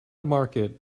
market